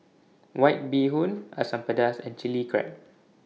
White Bee Hoon Asam Pedas and Chilli Crab